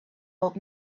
old